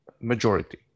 majority